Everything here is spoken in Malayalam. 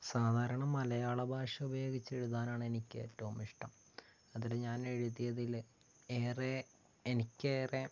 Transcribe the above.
സാധാരണ മലയാള ഭാഷ ഉപയോഗിച്ച് എഴുതാനാണെനിക്ക് ഏറ്റവും ഇഷ്ട്ടം അതില് ഞാൻ എഴുതിയതില് ഏറെ എനിക്കേറെ